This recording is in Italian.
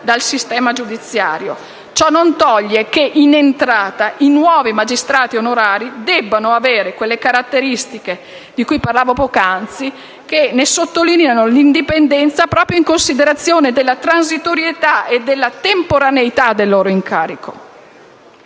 dal sistema giudiziario. Ciò non toglie che, in entrata, i nuovi magistrati onorari debbano avere quelle caratteristiche, di cui parlavo poc'anzi, che ne sottolineano l'indipendenza proprio in considerazione della transitorietà e della temporaneità del loro incarico.